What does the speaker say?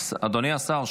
אדוני השר,